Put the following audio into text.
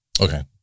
Okay